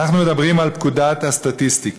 אנחנו מדברים על פקודת הסטטיסטיקה.